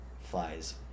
flies